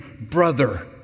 brother